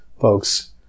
folks